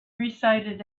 recited